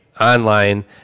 online